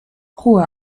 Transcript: ruhe